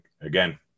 again